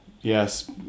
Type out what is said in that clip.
Yes